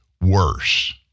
worse